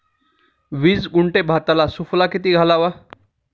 वीस गुंठे भाताला सुफला किती घालावा?